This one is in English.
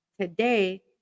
today